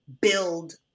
build